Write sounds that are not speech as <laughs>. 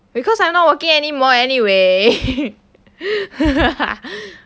because I'm not working anymore anyway <laughs>